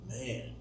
man